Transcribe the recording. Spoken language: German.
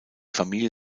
familie